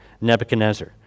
Nebuchadnezzar